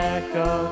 echo